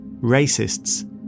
racists